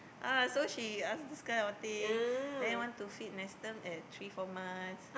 ah so she ask this kind of thing then want to feed Nestum at three four months